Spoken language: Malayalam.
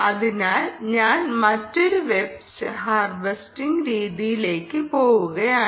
അതിനാൽ ഞാൻ മറ്റൊരു ഹാർവെസ്റ്റിംഗ് രീതിയിലേക്ക് പോകുകയാണ്